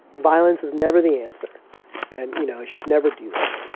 violence is never the answer and, you know, just never do that.